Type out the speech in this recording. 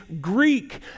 Greek